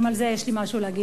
גם על זה יש לי משהו להגיד,